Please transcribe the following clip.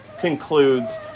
concludes